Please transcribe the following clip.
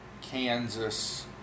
Kansas